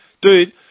Dude